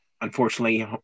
unfortunately